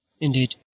Indeed